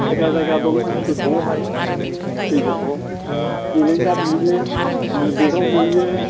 जायगा जायगा दं गोथौआवहाय दै गोथौआव एलेंगा नुयो देगाव नुयो